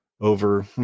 over